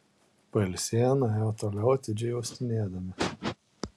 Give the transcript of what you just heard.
pasilsėję nuėjo toliau atidžiai uostinėdami